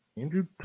Andrew